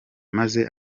maze